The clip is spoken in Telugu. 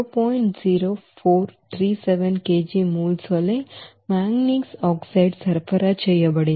0437 kg moles వలె మాంగనీస్ ఆక్సైడ్ సరఫరా చేయబడింది